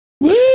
Woo